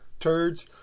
turds